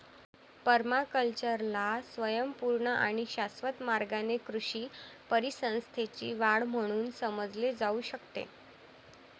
पर्माकल्चरला स्वयंपूर्ण आणि शाश्वत मार्गाने कृषी परिसंस्थेची वाढ म्हणून समजले जाऊ शकते